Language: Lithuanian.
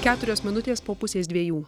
keturios minutės po pusės dviejų